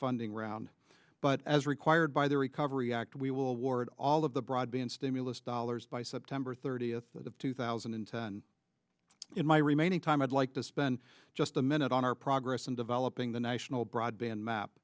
funding round but as required by the recovery act we will award all of the broadband stimulus dollars by september thirtieth two thousand and ten in my remaining time i'd like to spend just a minute on our progress in developing the national broadband map